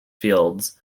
fields